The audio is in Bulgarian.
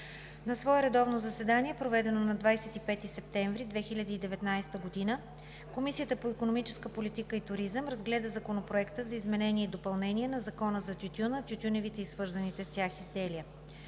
На свое редовно заседание, проведено на 25 септември 2019 г., Комисията по икономическа политика и туризъм разгледа Законопроекта за изменение и допълнение на Закона за тютюна, тютюневите и свързаните с тях изделия.